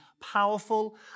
powerful